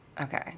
Okay